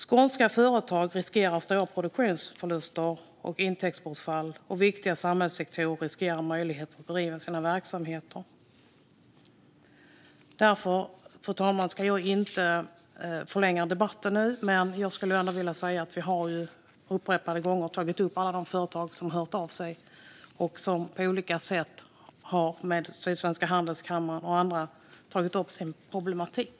Skånska företag riskerar stora produktionsförluster och intäktsbortfall. Viktiga samhällssektorer riskerar att inte längre ha möjlighet att bedriva sina verksamheter. Fru talman! Jag ska inte förlänga debatten, men jag vill ändå säga att vi upprepade gånger har tagit upp alla de företag som har hört av sig och på olika sätt, bland annat med Sydsvenska Handelskammaren, tagit upp sin problematik.